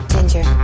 Ginger